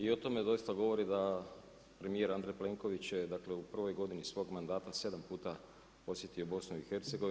I o tome doista govori da premjer Andrej Plenković je dakle, u prvoj godini svog mandata 7 puta podsjetio BIH.